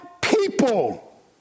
people